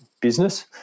business